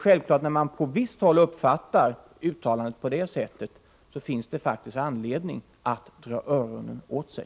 När man på visst håll uppfattar uttalandet på det sättet är det självklart att det finns anledning att dra öronen åt sig.